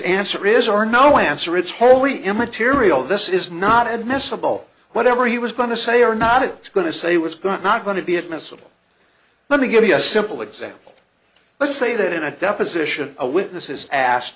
answer is or no answer it's wholly immaterial this is not admissible whatever he was going to say or not it is going to say was going not going to be admissible let me give you a simple example let's say that in a deposition a witness is asked